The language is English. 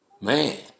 Man